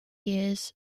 years